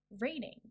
reading